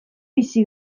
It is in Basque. bizi